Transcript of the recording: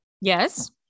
Yes